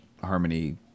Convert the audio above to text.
harmony